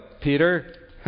Peter